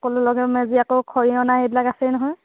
সকলো লগে মেজি আকৌ খৰি অনা এইবিলাক আছেই নহয়